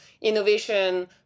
innovation